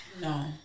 No